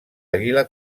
àguila